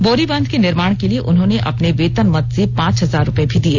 बोरीबांध के निर्माण के लिए उन्होंने अपने वेतन मद से पांच हजार रूपये भी दिए